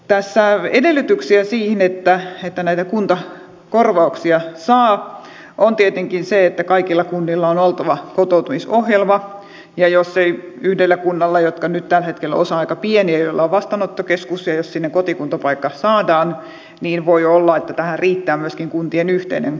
tässä edellytyksenä siihen että näitä kuntakorvauksia saa on tietenkin se että kaikilla kunnilla on oltava kotoutumisohjelma ja jos ei yhdellä kunnalla ole nyt tällä hetkellä niistä on osa aika pieniä joilla on vastaanottokeskus ja jos sinne kotikuntapaikka saadaan niin voi olla että tähän riittää myöskin kuntien yhteinen kotouttamisohjelma